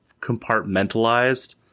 compartmentalized